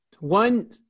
One